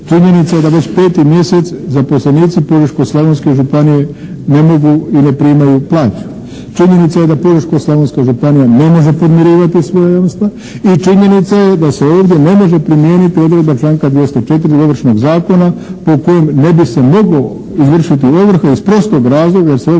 Činjenica da već 5 mjesec zaposlenici Požeško-slavonske županije ne mogu i ne primaju plaću. Činjenica je da Požeško-slavonska županija ne može podmirivati svoja jamstva i činjenica je da se ovdje ne može primijeniti odredba članka 204. Ovršnog zakona, po kojem ne bi se moglo izvršiti ovrha iz prostog razloga jer